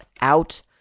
out